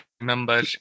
remember